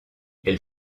elles